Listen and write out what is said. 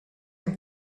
him